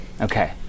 Okay